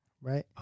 right